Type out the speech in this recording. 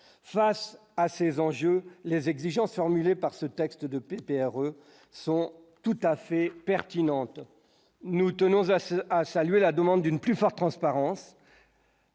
face à ces enjeux, les exigences formulées par ce texte de PPR sont tout à fait pertinente, nous tenons à saluer la demande d'une plus forte transparence.